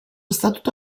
statuto